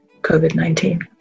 COVID-19